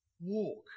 Walk